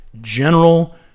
General